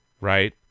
right